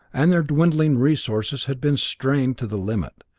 and their dwindling resources had been strained to the limit,